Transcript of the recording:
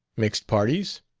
mixed parties?